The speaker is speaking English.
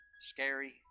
scary